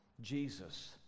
Jesus